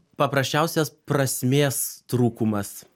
paprasčiausias prasmės trūkumas